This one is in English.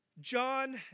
John